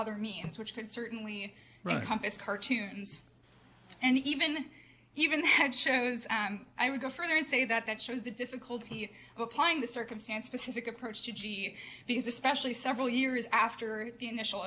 other means which could certainly compass cartoons and even even the head shows i would go further and say that that shows the difficulty of applying the circumstance specific approach to g e because especially several years after the initial